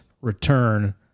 return